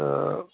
تہٕ